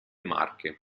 marche